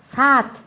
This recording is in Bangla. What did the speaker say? সাত